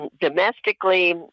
domestically